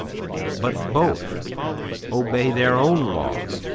but both obey their own laws,